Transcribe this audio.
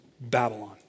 Babylon